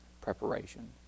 preparation